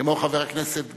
כמו חבר הכנסת גילאון,